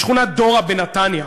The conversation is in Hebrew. בשכונת דורה בנתניה,